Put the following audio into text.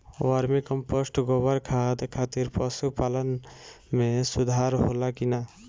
Vermi compost गोबर खाद खातिर पशु पालन में सुधार होला कि न?